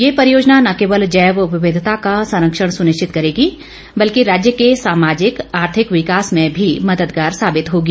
ये परियोजना न केवल जैव विविधता का संरक्षण सुनिश्चित करेगी बल्कि राज्य के सामाजिक आर्थिक विकास में भी मददगार साबित होगी